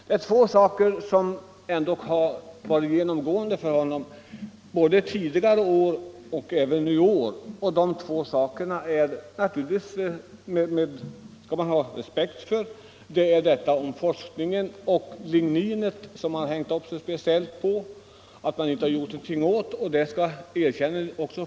Det är två saker som har varit genomgående i hans resonemang både tidigare år och i år. Dessa två saker skall man naturligvis ha respekt för. Det första gäller forskningen om ligninet. Han hängde upp sig speciellt på att man inte har gjort någonting åt detta.